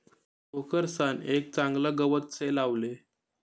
टोकरसान एक चागलं गवत से लावले